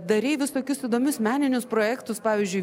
darei visokius įdomius meninius projektus pavyzdžiui